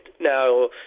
Now